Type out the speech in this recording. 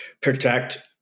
protect